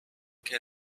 can